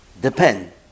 Depend